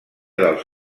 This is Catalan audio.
dels